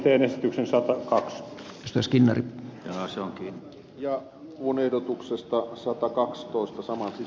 teen esityksen saavatko riskin rahasto ja äänestyksessä ehdotuksesta satakaksitoista samu